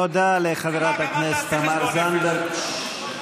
תודה לחברת הכנסת תמר זנדברג.